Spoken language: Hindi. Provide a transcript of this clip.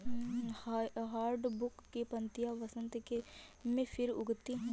हार्डवुड की पत्तियां बसन्त में फिर उगती हैं